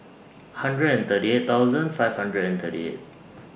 hundred and thirty eight thousand five hundred and thirty eight